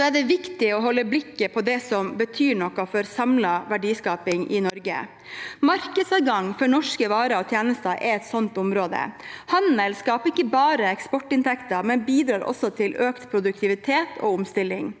er det viktig å holde blikket på det som betyr noe for samlet verdiskaping i Norge. Markedsadgang for norske varer og tjenester er et sånt område. Handel skaper ikke bare eksportinntekter, men bidrar også til økt produktivitet og omstilling.